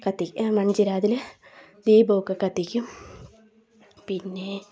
കത്തി മൺചിരാതിൽ ദീപമൊക്കെ കത്തിക്കും പിന്നെ